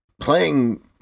playing